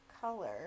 color